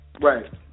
Right